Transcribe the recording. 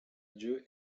dieu